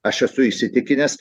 aš esu įsitikinęs